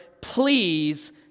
please